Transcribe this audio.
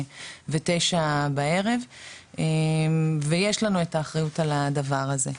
ותשע בערב ויש לנו את האחריות על הדבר הזה.